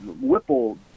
Whipple